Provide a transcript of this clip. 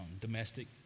domestic